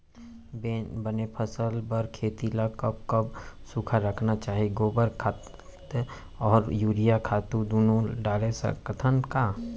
बने फसल बर खेती ल कब कब सूखा रखना चाही, गोबर खत्ता और यूरिया खातू दूनो डारे सकथन का?